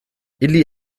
ili